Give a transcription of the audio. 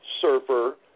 surfer